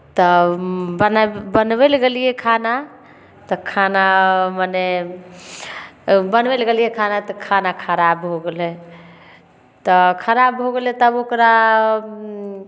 तऽ बनै बनबै लेल गेलियै खाना तऽ खाना मने बनबै लए गेलियै खाना तऽ खाना खराब हो गेलै तऽ खराब हो गेलै तब ओकरा